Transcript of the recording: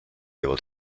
able